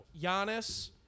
Giannis